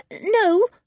No